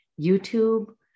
YouTube